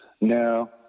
No